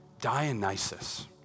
Dionysus